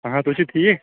اَہَن حظ تُہۍ چھُو ٹھیٖک